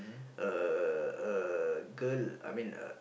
a a girl I mean a